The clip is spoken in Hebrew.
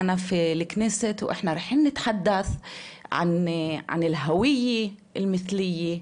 אבקש את תשומת לב הנוכחות והנוכחים בחדר,